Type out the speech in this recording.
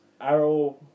Arrow